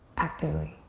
actively.